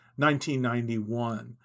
1991